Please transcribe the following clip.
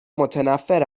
متنفّر